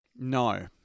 No